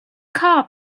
car